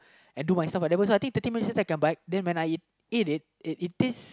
and do my stuff then when I so thirteen minute since I can bike then when I ate it it it taste